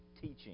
teaching